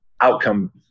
outcome